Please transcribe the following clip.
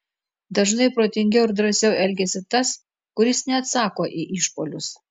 dažnai protingiau ir drąsiau elgiasi tas kuris neatsako į išpuolius